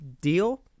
deal